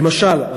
למשל,